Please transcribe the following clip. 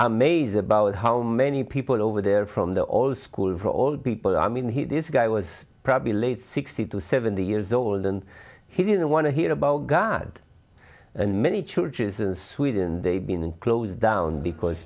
amazed about how many people over there from the old school for old people i mean he this guy was probably late sixty to seventy years old and he didn't want to hear about god and many churches in sweden they've been closed down because